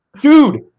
Dude